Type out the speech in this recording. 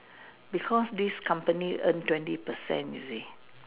because this company earn twenty percent you see